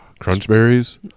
Crunchberries